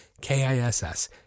K-I-S-S